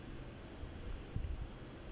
S